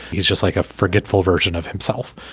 he's just like a forgetful version of himself.